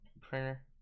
printer